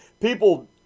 people